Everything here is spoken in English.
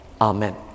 Amen